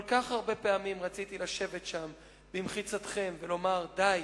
כל כך הרבה פעמים רציתי לשבת שם במחיצתכם ולומר: די.